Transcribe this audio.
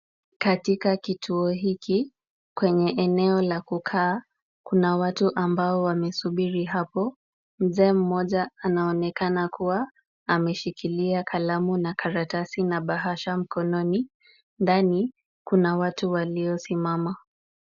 Katika kituo hiki kwenye eneo la kukaa, kuna watu ambao wamesubiri hapo. Mzee mmoja anaonekana kuwa ameshikilia kalamu na karatasi na bahasha mkononi. Ndani kuna watu waliosimama.